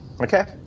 Okay